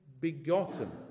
begotten